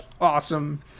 awesome